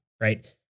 right